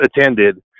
attended